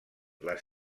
les